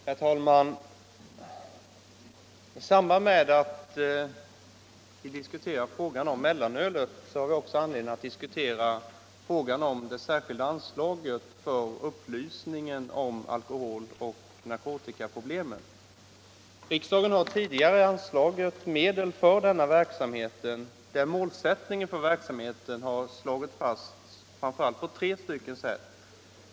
Herr talman! I samband med att vi diskuterar frågan om mellanölet har vi också anledning att diskutera det särskilda anslaget för upplysning om alkoholoch narkotikaproblem. Riksdagen har tidigare anslagit medel för denna verksamhet. Man har fastslagit tre målsättningar för verksamheten.